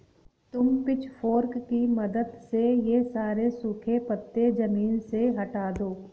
तुम पिचफोर्क की मदद से ये सारे सूखे पत्ते ज़मीन से हटा दो